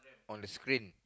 on the screen